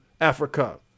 Africa